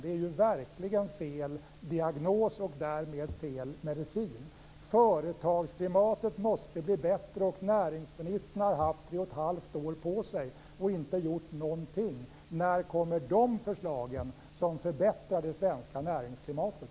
Det är verkligen fel diagnos och därmed fel medicin. Företagsklimatet måste bli bättre, och näringsministern har haft tre och ett halvt år på sig och inte gjort någonting. När kommer de förslag som förbättrar det svenska näringsklimatet?